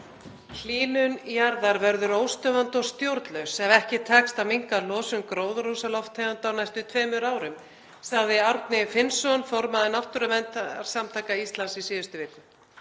„Hlýnun jarðar verður óstöðvandi og stjórnlaus ef ekki tekst að minnka losun gróðurhúsalofttegunda – á næstu tveimur árum,“ sagði Árni Finnsson, formaður Náttúruverndarsamtaka Íslands, í síðustu viku.